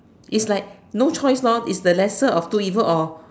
it's like no choice lor is the lesser of two evils or